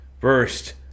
First